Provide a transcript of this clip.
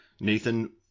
Nathan